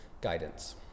guidance